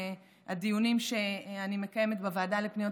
הדיונים שאני מקיימת בוועדה לפניות